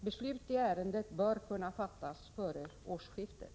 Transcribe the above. Beslut i ärendet bör kunna fattas före årsskiftet.